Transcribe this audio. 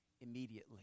immediately